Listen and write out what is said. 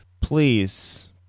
please